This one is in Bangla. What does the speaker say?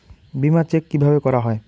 বিমা চেক কিভাবে করা হয়?